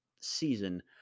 season